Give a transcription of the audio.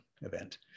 event